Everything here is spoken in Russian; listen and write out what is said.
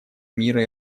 мира